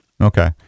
Okay